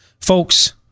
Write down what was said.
Folks